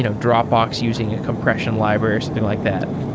you know dropbox using a compression library or something like that?